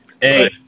Hey